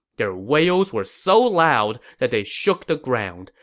their wails were so loud that they shook the ground.